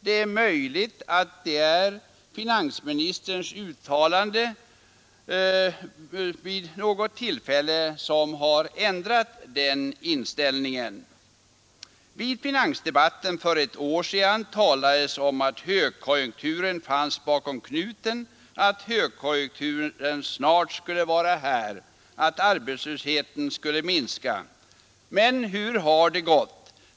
Det är möjligt att det är finansministerns uttalande vid något tillfälle som har ändrat inställningen. Vid finansdebatten för ett år sedan talades om att högkonjunkturen fanns bakom knuten, att högkonjunkturen snart skulle vara här, att arbetslösheten skulle minska. Men hur har det gått?